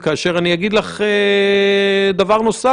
כשהשיקול שלה כפוף לביקורת שיפוטית.